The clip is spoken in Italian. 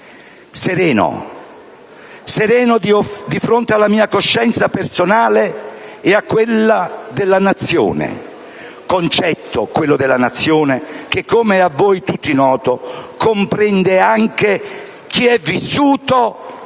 sereno: sereno di fronte alla mia coscienza personale e a quella della Nazione, concetto, quello di Nazione, che, come è a voi tutti noto, comprende anche chi è vissuto prima di noi